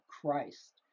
Christ